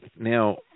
Now